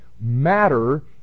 matter